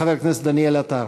חבר הכנסת דניאל עטר.